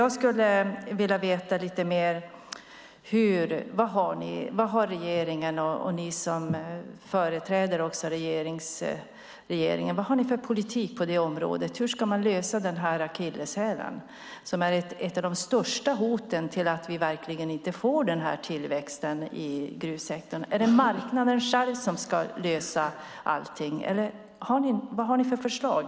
Jag skulle alltså vilja veta lite mer vad regeringen och ni som företräder regeringen har för politik på detta område. Hur ska man lösa denna akilleshäl, som är ett av de största hoten mot att vi ska få denna tillväxt i gruvsektorn? Är det marknaden själv som ska lösa allting, eller vad har ni för förslag?